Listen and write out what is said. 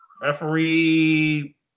Referee